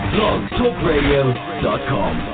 BlogTalkRadio.com